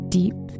deep